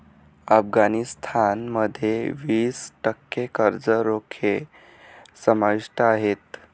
अफगाणिस्तान मध्ये वीस टक्के कर्ज रोखे समाविष्ट आहेत